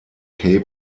cape